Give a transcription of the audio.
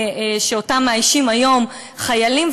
שאותם מאיישים היום חיילים,